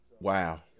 Wow